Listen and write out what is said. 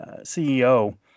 CEO